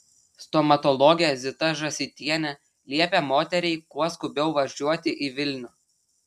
stomatologė zita žąsytienė liepė moteriai kuo skubiau važiuoti į vilnių